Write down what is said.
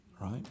right